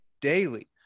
daily